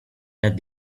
that